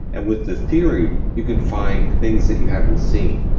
and with the theory, you can find things that you haven't seen.